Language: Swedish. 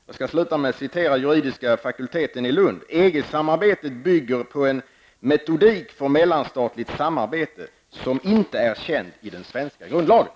Jag skall sluta med att återge ett uttalande av juridiska fakulteten i Lund: EG-samarbetet bygger på en metodik för mellanstatligt samarbete som inte är känt i den svenska grundlagen.